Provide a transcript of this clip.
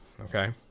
Okay